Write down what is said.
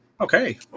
Okay